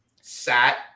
sat